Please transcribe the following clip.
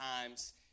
times